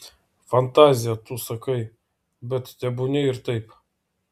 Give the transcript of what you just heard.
fantazija tu sakai bet tebūnie ir taip